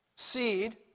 Seed